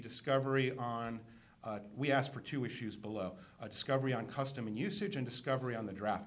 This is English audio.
discovery on we asked for two issues below discovery on custom and usage and discovery on the draft